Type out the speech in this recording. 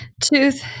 Tooth